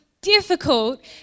difficult